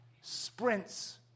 Sprints